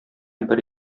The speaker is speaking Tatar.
бер